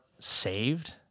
saved